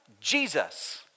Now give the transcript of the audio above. Jesus